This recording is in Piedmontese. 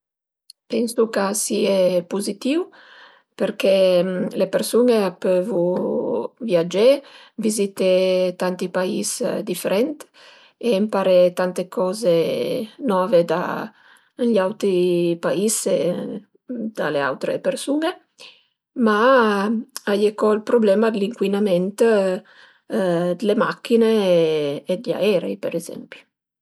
Pensu ch'a sie puzitìu perché le persun-e a pövu viagé, vizité tanti pais difrent e ëmparé tante coze nove da i auti pais e da le autre persun-e, ma a ie co ël prublema dë l'incuinament d'le machin-e e di aerei për ezempi